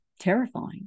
terrifying